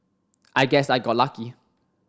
I guess I got lucky